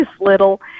little